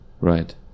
Right